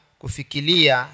kufikilia